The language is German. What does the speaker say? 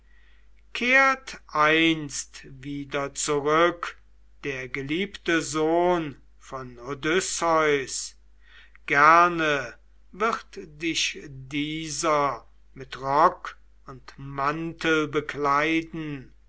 kehrt einst wieder zurück der geliebte sohn von odysseus gerne wird dich dieser mit rock und mantel bekleiden